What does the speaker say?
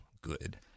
good